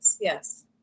yes